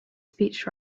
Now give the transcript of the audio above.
speech